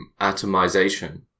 atomization